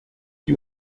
die